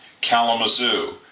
Kalamazoo